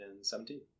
2017